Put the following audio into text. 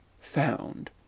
found